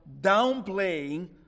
downplaying